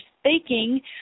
speaking